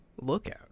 Lookout